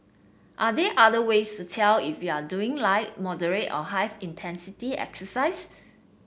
are there other ways to tell if you are doing light moderate or high intensity exercise